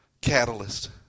catalyst